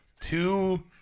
two